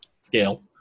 Scale